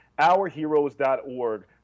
ourheroes.org